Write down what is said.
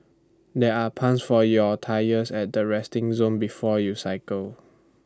there are pumps for your tyres at the resting zone before you cycle